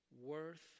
worth